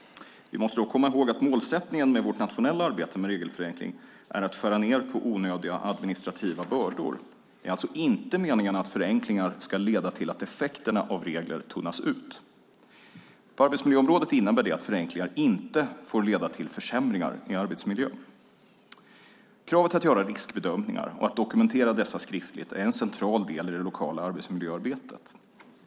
Vi måste dock komma ihåg att målsättningen med vårt nationella arbete med regelförenkling är att skära ned på onödiga administrativa bördor. Det är alltså inte meningen att förenklingar ska leda till att effekterna av regler tunnas ut. På arbetsmiljöområdet innebär det att förenklingar inte får leda till försämringar i arbetsmiljön. Kravet att göra riskbedömningar och att dokumentera dessa skriftligt är en central del i det lokala arbetsmiljöarbetet.